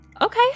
Okay